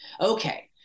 Okay